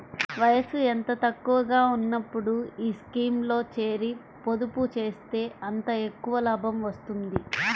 వయసు ఎంత తక్కువగా ఉన్నప్పుడు ఈ స్కీమ్లో చేరి, పొదుపు చేస్తే అంత ఎక్కువ లాభం వస్తుంది